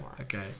Okay